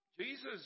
Jesus